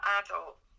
adult